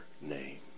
name